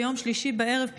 ביום שלישי בערב,